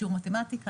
שיעור מתמטיקה,